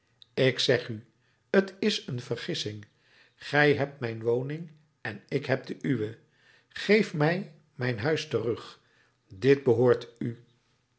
ik zeg u t is een vergissing gij hebt mijn woning en ik heb de uwe geef mij mijn huis terug dit behoort u